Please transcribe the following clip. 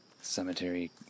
cemetery